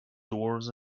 dwarves